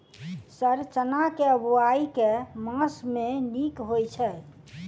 Sir चना केँ बोवाई केँ मास मे नीक होइ छैय?